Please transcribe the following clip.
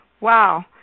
Wow